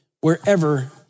wherever